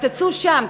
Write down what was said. תקצצו שם,